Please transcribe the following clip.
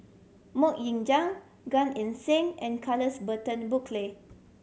Mok Ying Jang Gan Eng Seng and Charles Burton Buckley